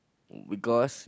because